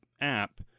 app